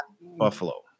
Buffalo